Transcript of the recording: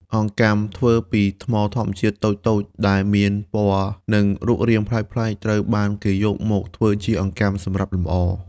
អង្កាំធ្វើពីថ្មធម្មជាតិ តូចៗដែលមានពណ៌ និងរូបរាងប្លែកៗ ត្រូវបានគេយកមកធ្វើជាអង្កាំសម្រាប់លម្អ។